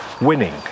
winning